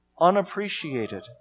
unappreciated